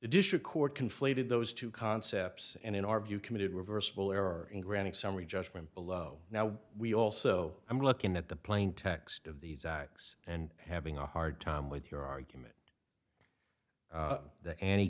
the district court conflated those two concepts and in our view committed reversible error in granting summary judgment below now we also i'm looking at the plain text of these acts and having a hard time with your argument that any